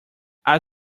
our